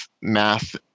math